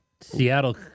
Seattle